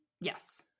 Yes